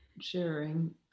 sharing